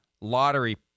lottery